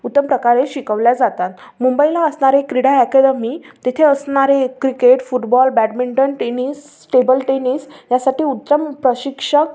उत्तम प्रकारे शिकवल्या जातात मुंबईला असणारे क्रीडा ॲकॅडमी तिथे असणारे cricket football badminton tennis table tennis यासाठी उत्तम प्रशिक्षक